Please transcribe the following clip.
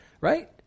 right